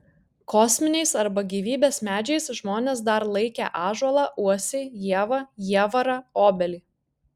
kosminiais arba gyvybės medžiais žmonės dar laikę ąžuolą uosį ievą jievarą obelį